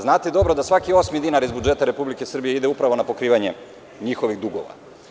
Znate dobro da svaki osmi dinar iz budžeta Republike Srbije ide upravo na pokrivanje njihovih dugova.